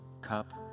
cup